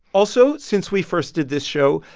also, since we first did this show,